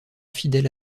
fidèle